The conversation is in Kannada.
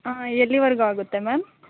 ಆಂ ಎಲ್ಲಿವರೆಗೂ ಆಗುತ್ತೆ ಮ್ಯಾಮ್